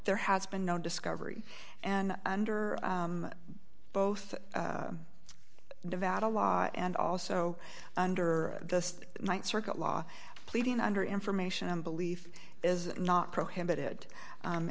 there has been no discovery and under both devout a law and also under dust mite circuit law pleading under information and belief is not prohibited